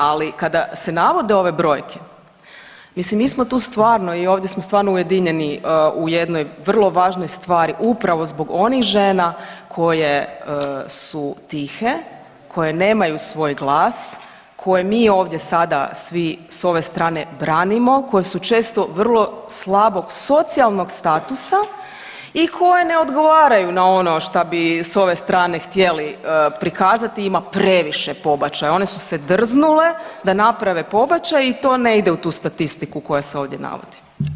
Ali kada se navode ove brojke, mislim mi smo tu stvarno i ovdje smo stvarno ujedinjeni u jednoj vrlo važnoj stvari upravo zbog onih žena koje su tihe, koje nemaju svoj glas, koje mi ovdje sada svi s ove strane branimo, koje su često vrlo slabog socijalnog statusa i koje ne odgovaraju na ono šta bi s ove strane htjeli prikazati, ima previše pobačaja, one su se drznule da naprave pobačaj i to ne ide u tu statistiku koja se ovdje navodi.